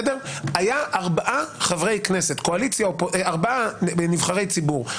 היו ארבעה חברי נבחרי ציבור,